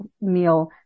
meal